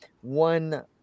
one